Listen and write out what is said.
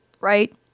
right